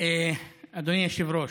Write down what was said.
אדוני היושב-ראש,